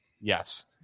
yes